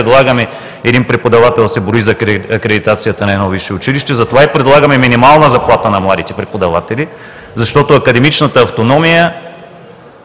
предлагаме един преподавател да се брои за акредитацията на едно висше училище. Затова и предлагаме минимална заплата на младите преподаватели, защото академичната автономия